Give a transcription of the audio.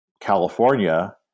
California